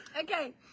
Okay